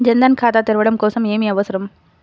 జన్ ధన్ ఖాతా తెరవడం కోసం ఏమి అవసరం?